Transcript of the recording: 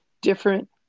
different